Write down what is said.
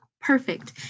Perfect